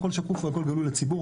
הכל שקוף והכל גלוי לציבור,